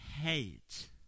hate